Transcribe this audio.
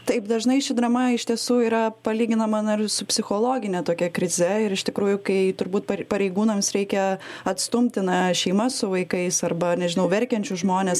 taip dažnai ši drama iš tiesų yra palyginama na ir su psichologine tokia krize ir iš tikrųjų kai turbūt pareigūnams reikia atstumti na šeimas su vaikais arba nežinau verkiančius žmones